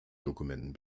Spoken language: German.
dokumenten